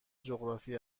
جغرافی